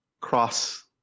cross